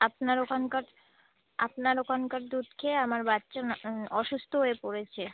আপনার ওখানকার আপনার ওখানকার দুধ খেয়ে আমার বাচ্চা অসুস্থ হয়ে পড়েছে